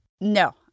No